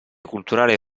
culturale